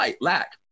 lack